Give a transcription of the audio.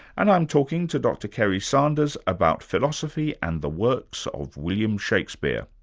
and i'm talking to dr kerry sanders about philosophy and the works of william shakespeare.